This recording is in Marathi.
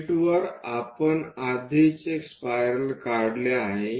शीटवर आपण आधीच एक स्पायरल काढले आहे